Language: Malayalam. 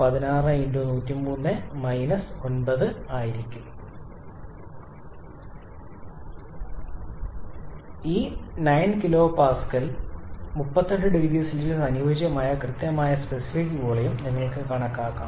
001 16 × 103 9 ആയിരിക്കണം ഈ 9 kPa നും 38 0C നും അനുയോജ്യമായ കൃത്യമായ സ്പെസിഫിക് വോളിയം നിങ്ങൾക്ക് കണക്കാക്കാം